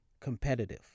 competitive